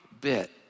bit